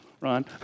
Ron